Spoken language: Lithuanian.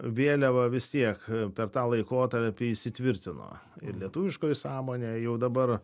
vėliava vis tiek per tą laikotarpį įsitvirtino ir lietuviškoji sąmonė jau dabar